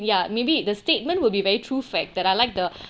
ya maybe the statement will be very true fact that I like the